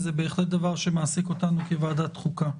זה בהחלט דבר שמעסיק אותנו כוועדת חוקה.